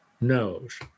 knows